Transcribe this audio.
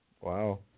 Wow